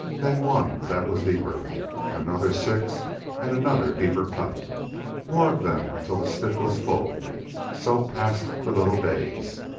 then one that was deeper another six and another deeper cut more of them until the stick was full so passed the little days.